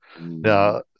Now